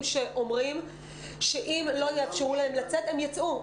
שאומרים שאם לא יאפשרו להם לצאת הם יצאו,